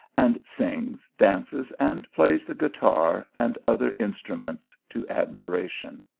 and sings, dances, and plays the guitar and other instruments to admiration.